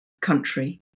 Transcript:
country